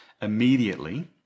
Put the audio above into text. immediately